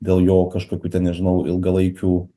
dėl jo kažkokių ten nežinau ilgalaikių